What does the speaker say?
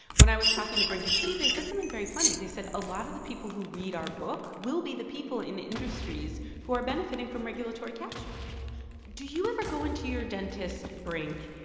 when i was talking to brink and steve, they said something very funny. they said a lot of the people who read our book will be the people in industries who are benefiting from regulatory capture do you ever go into your dentist, brink,